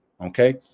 Okay